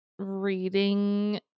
reading